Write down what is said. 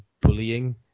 bullying